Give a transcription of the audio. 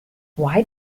why